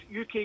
UK